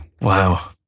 Wow